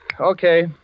Okay